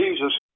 Jesus